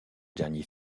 dernier